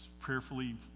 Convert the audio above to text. prayerfully